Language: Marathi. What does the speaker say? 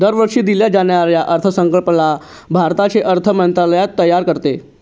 दरवर्षी दिल्या जाणाऱ्या अर्थसंकल्पाला भारताचे अर्थ मंत्रालय तयार करते